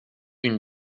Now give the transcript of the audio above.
une